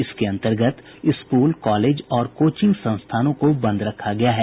इसके अंतर्गत school college और कोचिंग संस्थानों को बंद रखा गया है